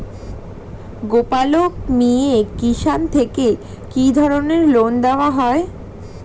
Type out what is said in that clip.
গোপালক মিয়ে কিষান থেকে কি ধরনের লোন দেওয়া হয়?